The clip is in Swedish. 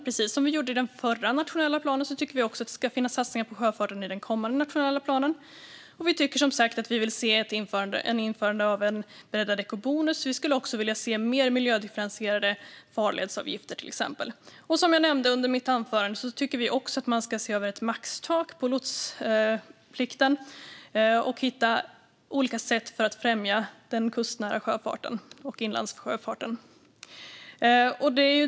Precis som vi tyckte att det skulle finnas satsningar på sjöfarten i den förra nationella planen tycker vi att det ska finnas satsningar på sjöfarten i den kommande nationella planen. Vi vill som sagt se en breddad ekobonus och mer miljödifferentierade farledsavgifter. Som jag också nämnde i mitt anförande tycker vi även att man ska överväga ett maxtak på lotsplikten och hitta olika sätt att främja den kustnära sjöfarten och inlandssjöfarten.